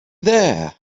there